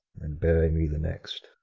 and bury me the next.